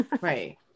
Right